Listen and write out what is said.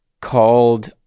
...called